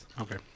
Okay